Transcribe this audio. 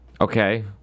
okay